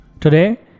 Today